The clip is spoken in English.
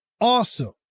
Awesome